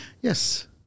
Yes